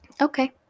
Okay